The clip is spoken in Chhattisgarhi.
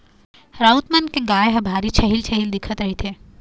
राउत मन के गाय ह भारी छिहिल छिहिल दिखत रहिथे